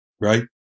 right